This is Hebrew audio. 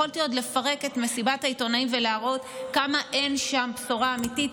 יכולתי עוד לפרק את מסיבת העיתונאים ולהראות כמה אין שם בשורה אמיתית,